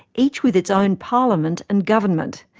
each with its own parliament and government.